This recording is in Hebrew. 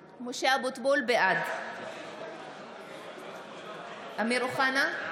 אבוטבול, בעד אמיר אוחנה,